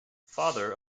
father